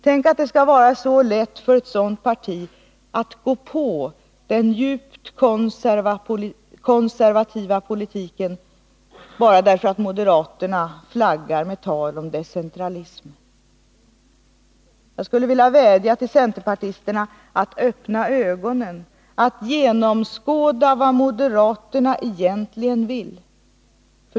Tänk att det skall vara så lätt för ett sådant parti att gå på den djupt konservativa politiken bara därför att moderaterna flaggar med tal om decentralism. Jag skulle vilja vädja till centerpartisterna att öppna ögonen, att genomskåda vad moderaterna egentligen vill.